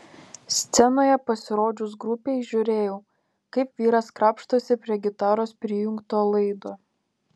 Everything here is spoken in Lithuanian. scenoje pasirodžius grupei žiūrėjau kaip vyras krapštosi prie gitaros prijungto laido